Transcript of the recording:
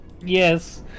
Yes